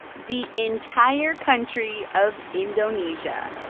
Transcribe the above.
the entire country of indonesia.